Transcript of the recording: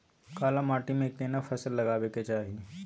काला माटी में केना फसल लगाबै के चाही?